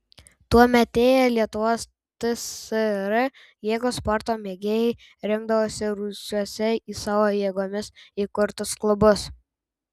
tuometėje lietuvos tsr jėgos sporto mėgėjai rinkdavosi rūsiuose į savo jėgomis įkurtus klubus